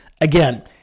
Again